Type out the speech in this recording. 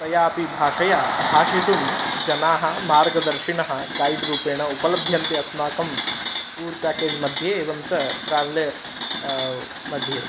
तयापि भाषया भाषितुं जनाः मार्गदर्शिनः गैड्रूपेण उपलभ्यन्ते अस्माकं टूर् प्याकेज्मध्ये एवं च ट्रावेलर्मध्ये